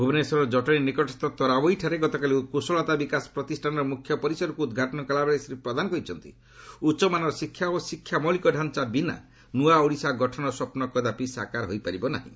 ଭୁବନେଶ୍ୱରର ଜଟଣି ନିକଟସ୍ଥ ତରାବୋଇଠାରେ ଗତକାଲି କୁଶଳତା ବିକାଶ ପ୍ରତିଷ୍ଠାନର ମୁଖ୍ୟ ପରିସରକୁ ଉଦ୍ଘାଟନ କଲାବେଳେ ଶ୍ରୀ ପ୍ରଧାନ କହିଛନ୍ତି ଉଚ୍ଚମାନର ଶିକ୍ଷା ଓ ଶିକ୍ଷା ମୌଳିକ ତାଞ୍ଚା ବିନା ନୂଆ ଓଡ଼ିଶା ଗଠର ସ୍ୱପ୍ନ କଦାପି ସାକାର ହୋଇପାରିବ ନାହିଁ